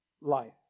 life